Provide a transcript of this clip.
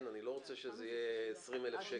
אני לא רוצה שזה יהיה 20,000 שקלים.